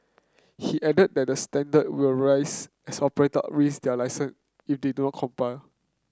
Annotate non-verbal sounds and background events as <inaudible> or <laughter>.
he added that standard will rise as operator risk their <unintelligible> if they do not comply